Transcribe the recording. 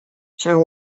she